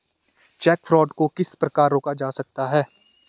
Check fraud को किस प्रकार रोका जा सकता है?